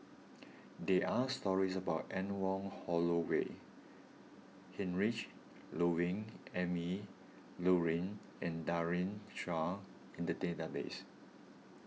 there are stories about Anne Wong Holloway Heinrich Ludwig Emil Luering and Daren Shiau in the database